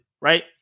right